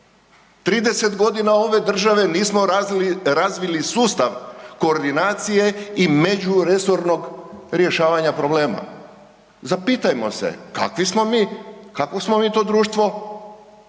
30.g. ove države nismo razvili sustav koordinacije i međuresornog rješavanja problema. Zapitamo se, kakvi smo mi, kakvo smo mi to društvo